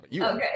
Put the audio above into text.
Okay